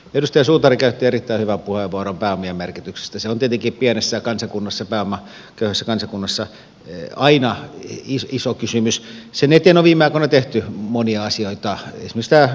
edustaja suutari käytti erittäin vaappuen porukkaan ja merkityksestä se on te digipienessä kansakunnassa pääomaköyhässä kansakunnassa aina iso iso kysymys sen eteen on viime aikoina tehty monia asioita mistä